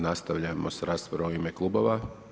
Nastavljamo s raspravom u ime klubova.